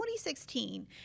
2016